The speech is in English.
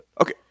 Okay